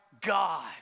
God